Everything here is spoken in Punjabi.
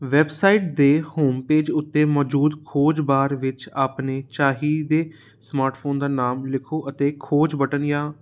ਵੈਬਸਾਈਟ ਦੇ ਹੋਮਪੇਜ ਉੱਤੇ ਮੌਜੂਦ ਖੋਜ ਬਾਰ ਵਿੱਚ ਆਪਣੇ ਚਾਹੀਦੇ ਸਮਾਟਫੋਨ ਦਾ ਨਾਮ ਲਿਖੋ ਅਤੇ ਖੋਜ ਬਟਣ ਜਾਂ